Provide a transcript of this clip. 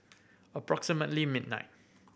approximately midnight